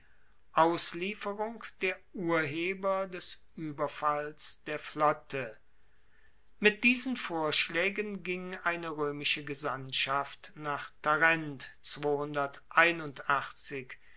auslieferung der urheber des ueberfalls der flotte mit diesen vorschlaegen ging eine roemische gesandtschaft nach